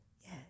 Yes